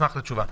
אשמח לתשובה.